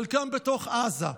חלקם בתוך עזה,